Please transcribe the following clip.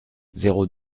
zéro